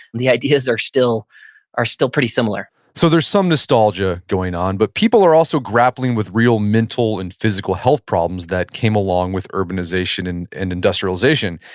the ideas are still are still pretty similar so there's some nostalgia going on, but people are also grappling with real mental and physical health problems that came along with urbanization and and industrialization.